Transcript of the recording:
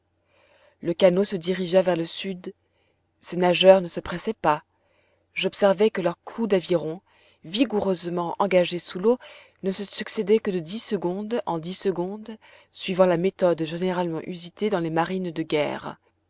le canot se dirigea vers le sud ses nageurs ne se pressaient pas j'observai que leurs coups d'aviron vigoureusement engagés sous l'eau ne se succédaient que de dix secondes en dix secondes suivant la méthode généralement usitée dans les marines de guerre